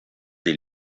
des